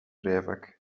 rijvak